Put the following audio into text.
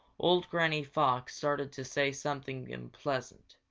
old granny fox started to say something unpleasant.